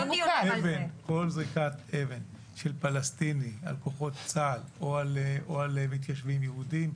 כל זריקת אבן של פלסטיני על כוחות צה"ל או על מתיישבים יהודים,